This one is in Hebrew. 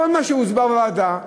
כל מה שהוסבר בוועדה,